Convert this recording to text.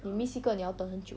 你 miss 一个你要等很久